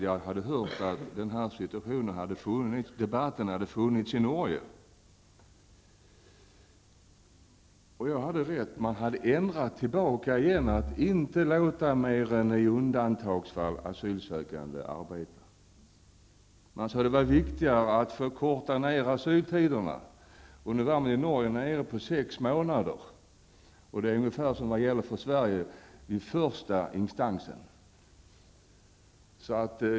Jag hade nämligen hört att denna debatt har förts i Norge. I Norge har man ändrat tillbaka igen och beslutat att inte låta asylsökande arbeta mer än i undantagsfall. Det sades att det är viktigare att förkorta väntetiderna. Nu har man i Norge en väntetid på sex månader. Det är ungefär vad som gäller i Sverige för avgörande i första instans.